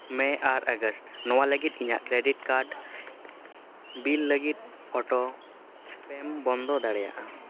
ᱢᱮᱹ ᱟᱨ ᱟᱜᱚᱥᱴ ᱱᱚᱣᱟ ᱞᱟᱹᱜᱤᱫ ᱤᱧᱟᱹᱜ ᱠᱨᱮᱹᱰᱤᱴ ᱠᱟᱨᱰ ᱵᱤᱞ ᱞᱟᱹᱜᱤᱫ ᱚᱴᱳ ᱯᱮᱹᱢ ᱵᱚᱱᱫᱚ ᱫᱟᱲᱮᱭᱟᱜᱼᱟ